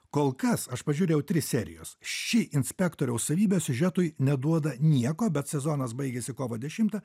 kol kas aš pažiūrėjau tris serijos ši inspektoriaus savybė siužetui neduoda nieko bet sezonas baigiasi kovo dešimtą